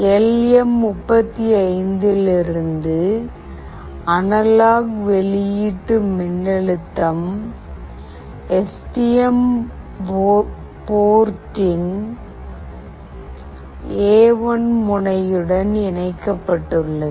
L M 35 லிருந்து analogue வெளியீட்டு மின்னழுத்தம் எஸ் டி எம் போர்டின் எ1 முனையுடன் இணைக்கப்பட்டுள்ளது